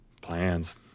Plans